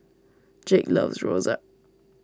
Jake loves rojak